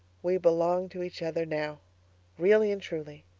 we belong to each other now really and truly,